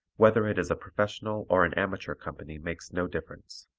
whether it is a professional or an amateur company makes no difference.